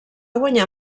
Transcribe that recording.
guanyar